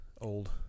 old